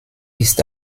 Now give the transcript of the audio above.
ist